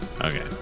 Okay